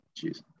Jeez